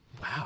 Wow